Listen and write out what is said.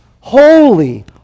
holy